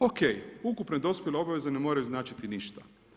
O.k. Ukupne dospjele obaveze ne moraju značiti ništa.